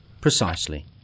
Precisely